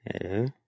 Hello